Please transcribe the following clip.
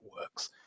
works